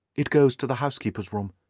it goes to the housekeeper's room.